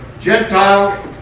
Gentile